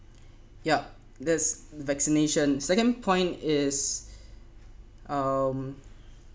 yup there's vaccination second point is um